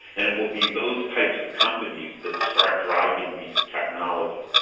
and it will be those types of companies that start driving these technologies.